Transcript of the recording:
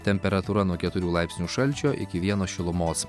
temperatūra nuo keturių laipsnių šalčio iki vieno šilumos